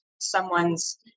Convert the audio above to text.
someone's